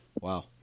Wow